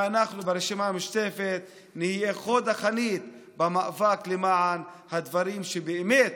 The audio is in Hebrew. ואנחנו ברשימה המשותפת נהיה חוד החנית במאבק למען הדברים שבאמת